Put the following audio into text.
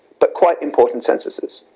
but quite important censuses,